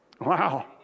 Wow